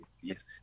yes